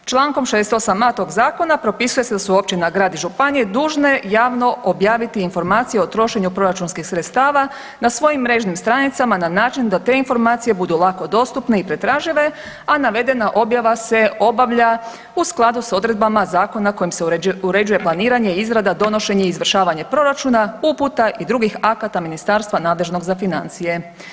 Čl. 68.a tog zakona propisuje se da su općina, grad i županije dužne javno objaviti informacije o trošenju proračunskih sredstava na svojim mrežnim stranicama na način da te informacije budu lako dostupne i pretražive, a navedena objava se obavlja u skladu s odredbama zakona kojim se uređuje planiranje, izrada, donošenje i izvršavanje proračuna, uputa i drugih akata ministarstva nadležnog za financije.